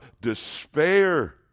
despair